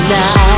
now